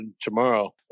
tomorrow